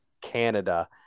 Canada